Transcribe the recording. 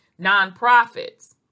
nonprofits